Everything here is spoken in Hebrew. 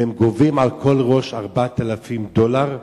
והם גובים על כל ראש 4,000 דולר,